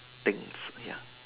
things ya